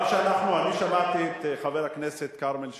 אבל כשאנחנו, אני שמעתי את חבר הכנסת כרמל שאמה,